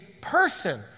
person